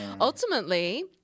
ultimately